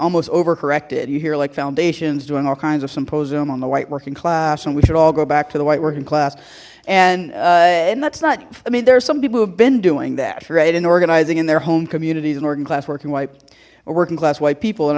almost overcorrected you hear like foundations doing all kinds of symposium on the white working class and we should all go back to the white working class and and that's not i mean there are some people have been doing that right and organizing in their home communities in oregon class working white working class white people and